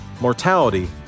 mortality